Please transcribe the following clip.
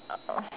uh